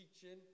teaching